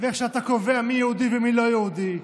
ואיך שאתה קובע מי יהודי ומי לא יהודי.